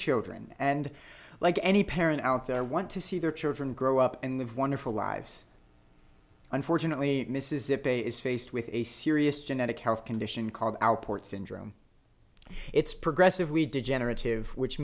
children and like any parent out there i want to see their children grow up in the wonderful lives unfortunately mississippi is faced with a serious genetic health condition called our ports and it's progressively degenerative which